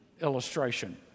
illustration